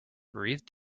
breathe